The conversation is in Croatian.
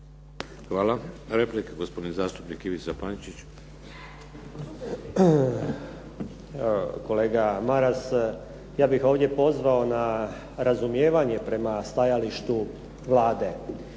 Hvala. Replika, gospodin zastupnik Ivica Pančić. **Pančić, Ivica (SDP)** Kolega Maras, ja bih ovdje pozvao na razumijevanje prema stajalištu Vlade.